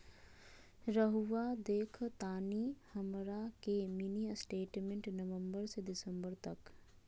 रहुआ देखतानी हमरा के मिनी स्टेटमेंट नवंबर से दिसंबर तक?